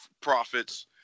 Profits